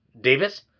Davis